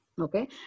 Okay